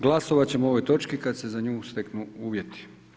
Glasovati ćemo o ovoj točki kada se za nju steknu uvjeti.